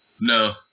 No